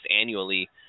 annually